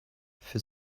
für